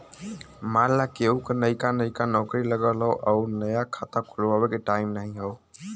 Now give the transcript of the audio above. मान ला केहू क नइका नइका नौकरी लगल हौ अउर नया खाता खुल्वावे के टाइम नाही हौ